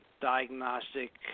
diagnostic